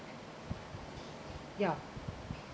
ya